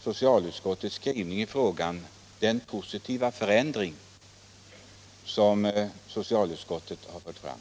socialutskottets skrivning i frågan och den positiva förändring som socialutskottet har fört fram.